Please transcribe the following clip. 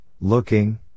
looking